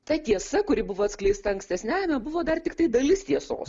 ta tiesa kuri buvo atskleista ankstesniajame buvo dar tiktai dalis tiesos